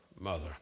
mother